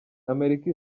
amerika